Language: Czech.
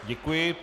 Děkuji.